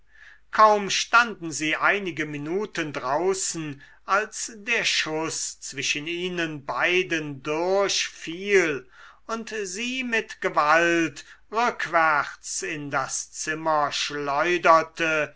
kaum standen sie einige minuten draußen als der schuß zwischen ihnen beiden durch fiel und sie mit gewalt rückwärts in das zimmer schleuderte